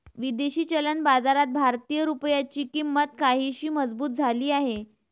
विदेशी चलन बाजारात भारतीय रुपयाची किंमत काहीशी मजबूत झाली आहे